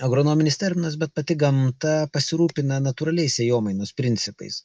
agronominis terminas bet pati gamta pasirūpina natūraliais sėjomainos principais